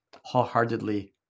wholeheartedly